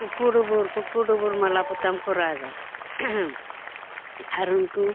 ᱠᱩᱠᱩ ᱠᱩᱠᱩ ᱰᱩᱵᱩᱨ ᱢᱟᱞᱟ ᱯᱚᱛᱟᱢ ᱠᱚ ᱨᱟᱜᱟ ᱟᱨ ᱩᱱᱠᱩ